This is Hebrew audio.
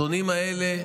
השונאים האלה,